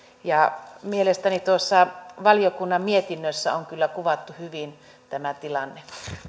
ja mielestäni tuossa valiokunnan mietinnössä on kyllä kuvattu hyvin tämä tilanne kansalaisaloitteen asemasta tässä meidän